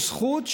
הוא זכות,